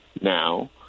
now